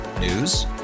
News